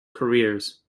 careers